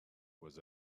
was